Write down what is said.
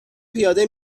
پیاده